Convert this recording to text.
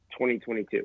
2022